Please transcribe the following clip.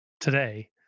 today